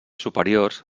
superiors